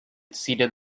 ceded